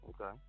Okay